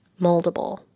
moldable